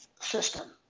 system